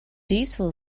diesel